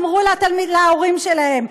אמרו להורים שלהם.